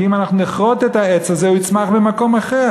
כי אם אנחנו נכרות את העץ הזה הוא יצמח במקום אחר.